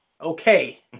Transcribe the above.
okay